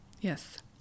yes